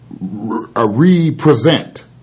Represent